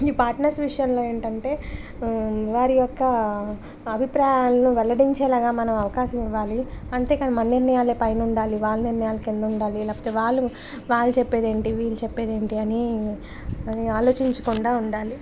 ఈ పార్ట్నర్స్ విషయంలో ఏంటంటే వారి యొక్క అభిప్రాయాలను వెళ్ళడించేలాగా మనం అవకాశం ఇవ్వాలి అంతే కానీ మన నిర్ణయాలే పైన ఉండాలి వాళ్ళ నిర్ణయాాలు కింద ఉండాలి లేకపోతే వాళ్ళు వాళ్ళు చెప్పేదేంటి వీళ్ళు చెప్పేదేంటి అని అని ఆలోచించకుండా ఉండాలి